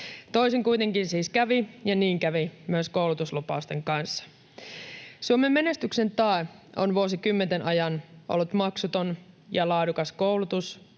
Toisin kuitenkin siis kävi, ja niin kävi myös koulutuslupausten kanssa. Suomen menestyksen tae on vuosikymmenten ajan ollut maksuton ja laadukas koulutus,